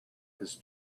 his